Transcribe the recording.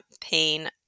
pain